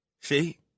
See